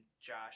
Josh